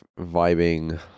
vibing